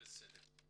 תודה.